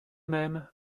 mêmes